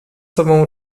sobą